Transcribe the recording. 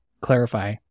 clarify